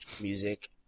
music